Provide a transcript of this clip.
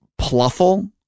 pluffle